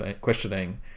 questioning